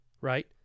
right